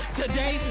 today